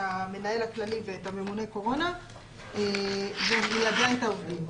המנהל הכללי ואת הממונה קורונה וליידע את העובדים.